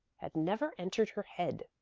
had never entered her head.